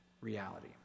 reality